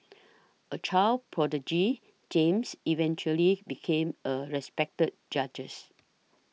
a child prodigy James eventually became a respected judges